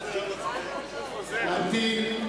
נגד.